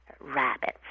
rabbits